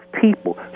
people